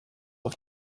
auf